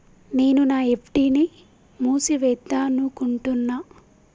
నేను నా ఎఫ్.డి ని మూసివేద్దాంనుకుంటున్న